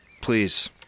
please